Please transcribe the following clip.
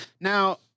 Now